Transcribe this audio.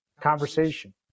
conversation